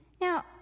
Now